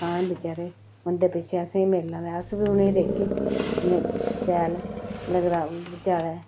खान बचैरे उं'दे पिच्छे असेंगी बी मिलना ते अस बी उ'नेंगी देगे कन्ने शैल लगदा जैदा